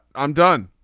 i'm done